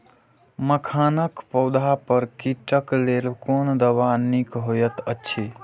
मखानक पौधा पर कीटक लेल कोन दवा निक होयत अछि?